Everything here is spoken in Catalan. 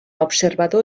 observador